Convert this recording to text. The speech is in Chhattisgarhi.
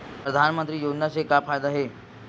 परधानमंतरी योजना से का फ़ायदा हे?